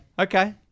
Okay